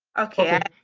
okay,